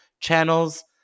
channels